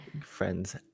Friends